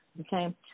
Okay